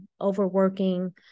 overworking